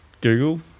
Google